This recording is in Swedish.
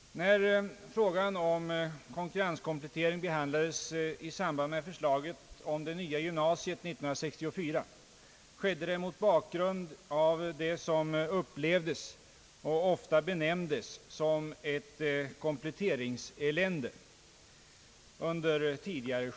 När frågan om konkurrenskomplettering behandlades i samband med förslaget om det nya gymnasiet 1964, skedde det mot bakgrund av vad som under tidigare skede upplevdes som och ofta benämndes ett kompletteringselände.